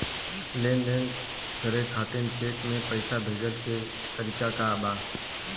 लेन देन करे खातिर चेंक से पैसा भेजेले क तरीकाका बा?